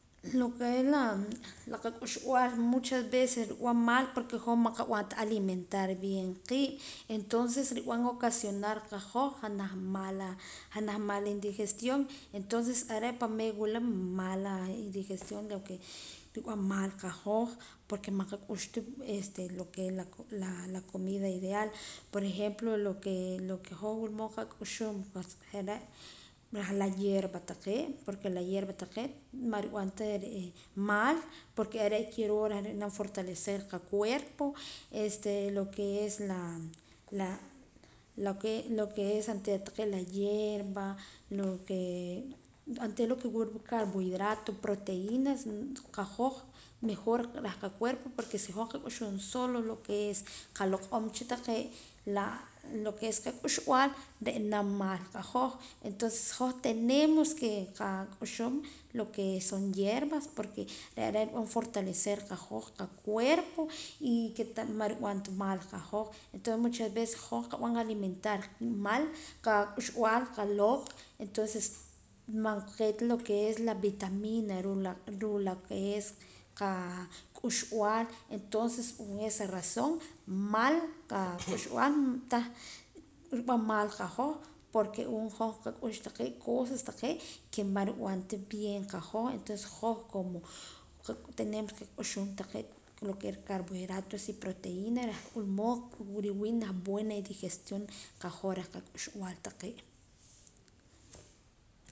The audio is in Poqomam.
Lo que es la la qak'uxb'al muchas veces rib'an mal porque hoj man qab'an ta alimentar bien qiib' entonces rib'an ocasionar qahoj janaj mala janaj mala indigestión entonces are' ahpa meer wila mala indigestión lo que rib'an mal qahoj porque man qak'ux ta lo que es la comida ideal por ejemplo lo que hoj wula mood qak'uxuum je' re' re' la hierba taqee' porque la hierba taqee' man rib'an ta re' mal porque are' kiroo reh nab'anam fortalecer qacuerpo este lo que es la la lo que oontera hierba lo que oontera lo que wula carbohidrato proteínas qahoj mejor reh qacuerpo porque si hoj qak'uxuum solo lo que es qaloq'om cha taqee' lo que es qak'uxb'al ri'naam mal qahoj entonces tenemos que qak'uxuuum hierbas re' re' rib'an fortalecer qahoj qacuerpo y que man rib'an ta mal qahoj entonces muchas veces hoj qab'an alimentar qiib' mal qak'uxb'al qaloq' entonces ma qeeta lo que es la vitamina ruu' la que es qak'uxb'al entonces en esa razón mal qak'uxb'al tah rib'an mal qahoj porque um hoj qak'ux cosas taqee' que man rib'an ta bien qahoj entonces hoj como tenemos que qak'uxuum taqee' carbohidratos y proteínas reh wula mood riwii' junaj buena digestión qahoj reh qak'uxb'al taqee'.